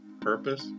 purpose